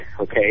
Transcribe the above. okay